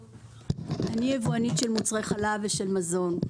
אני יבואנית של מוצרי חלב ושל מזון.